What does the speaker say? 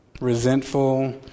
resentful